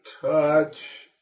touch